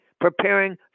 preparing